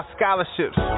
scholarships